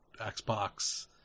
Xbox